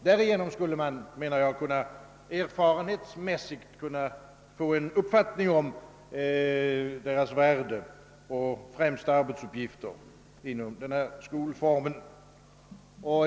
Därigenom skulle man erfarenhetsmässigt kunna få en uppfattning om deras värde och främsta arbetsuppgifter inom denna skolform.